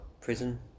prison